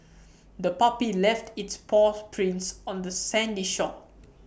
the puppy left its paw prints on the sandy shore